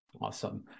Awesome